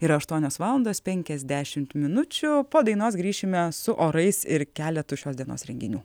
yra aštuonios valandos penkiasdešimt minučių po dainos grįšime su orais ir keletu šios dienos renginių